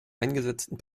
eingesetzten